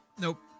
Nope